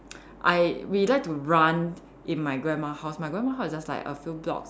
I we like to run in my grandma house my grandma house is like just a few blocks